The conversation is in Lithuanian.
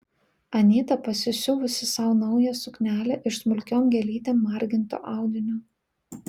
anyta pasisiuvusi sau naują suknelę iš smulkiom gėlytėm marginto audinio